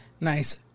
Nice